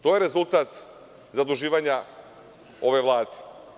To je rezultat zaduživanja ove Vlade.